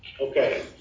Okay